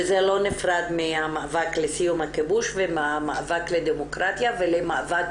וזה לא נפרד מהמאבק לסיום הכיבוש ומהמאבק לדמוקרטיה ולמאבק